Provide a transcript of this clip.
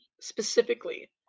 specifically